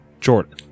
Jordan